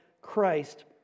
Christ